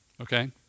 okay